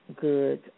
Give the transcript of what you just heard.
good